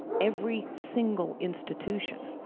every single institution,